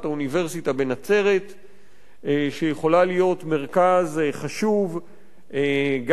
בנצרת שיכולה להיות מרכז חשוב גם בערבית,